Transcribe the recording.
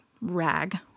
rag